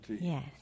Yes